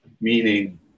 meaning